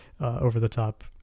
over-the-top